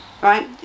Right